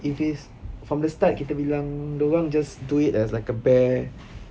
if it's from the start kita bilang diorang just do it as like a bare